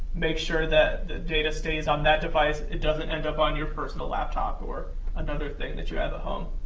make sure that the data stays on that device, it doesn't end up on your personal laptop or another thing that you have at home.